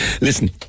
Listen